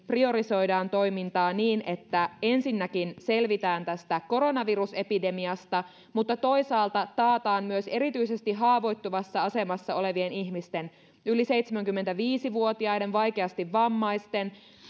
priorisoidaan toimintaa niin että ensinnäkin selvitään tästä koronavirusepidemiasta mutta toisaalta taataan myös erityisesti haavoittuvassa asemassa olevien ihmisten yli seitsemänkymmentäviisi vuotiaiden vaikeasti vammaisten